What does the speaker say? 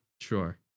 Sure